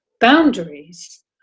boundaries